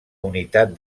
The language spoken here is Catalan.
unitat